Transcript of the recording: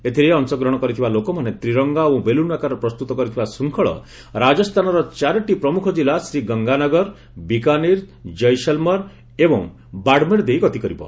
ଏଥିରେ ଅଂଶଗ୍ରହଣ କରିଥିବା ଲୋକମାନେ ତ୍ରିରଙ୍ଗା ଓ ବେଲୁନ୍ ଆକାରରେ ପ୍ରସ୍ତୁତ କରିଥିବା ଶୃଙ୍ଖଳ ରାଜସ୍ଥାନର ଚାରିଟି ପ୍ରମୁଖ ଜିଲ୍ଲା ଶ୍ରୀଗଙ୍ଗାନଗର ବିକାନିର ଜୟସଲମର ଏବଂ ବାଡମେର ଦେଇ ଗତିକରିବ